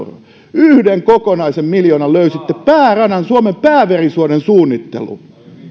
yhden kokonaisen miljoonan löysitte pääradan suomen pääverisuonen suunnitteluun